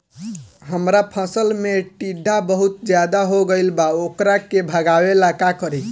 हमरा फसल में टिड्डा बहुत ज्यादा हो गइल बा वोकरा के भागावेला का करी?